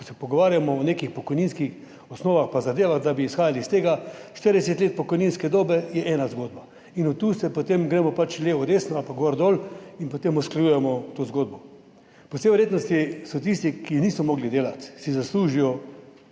ko se pogovarjamo o nekih pokojninskih osnovah in zadevah, da bi izhajali iz tega – 40 let pokojninske dobe. To je ena zgodba in od tu se potem gremo levo, desno ali pa gor in dol in potem usklajujemo to zgodbo. Po vsej verjetnosti so tisti, ki niso mogli delati in si zaslužijo